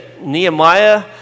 Nehemiah